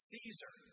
Caesar